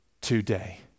today